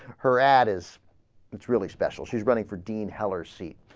her adders it's really special she's running for dean heller c ah.